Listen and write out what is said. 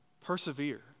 persevere